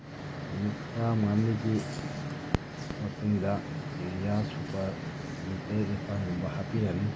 ꯅꯨꯃꯤꯠ ꯇꯔꯥ ꯃꯉꯥꯅꯤꯒꯤ ꯃꯇꯨꯡꯗ ꯌꯨꯔꯤꯌꯥ ꯁꯨꯄꯔ ꯀꯦ ꯖꯤ ꯇꯔꯦꯠ ꯅꯤꯄꯥꯜꯒꯨꯝꯕ ꯍꯥꯞꯄꯤꯔꯅꯤ